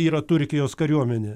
yra turkijos kariuomenė